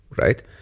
right